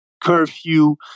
curfew